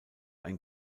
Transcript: ein